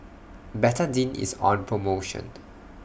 Betadine IS on promotion